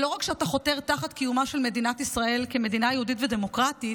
ולא רק שאתה חותר תחת קיומה של מדינת ישראל כמדינה יהודית ודמוקרטית,